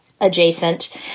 adjacent